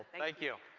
thank you.